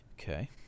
Okay